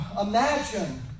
Imagine